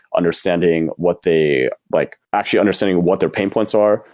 understanding what they like actually understanding what their pain points are,